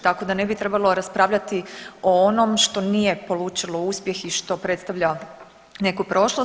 Tako da ne bi trebalo raspravljati o onom što nije polučilo uspjeh i što predstavlja neku prošlost.